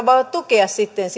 voivat tukea sitten